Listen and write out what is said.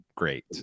Great